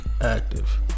active